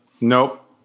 Nope